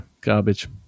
Garbage